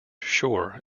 sure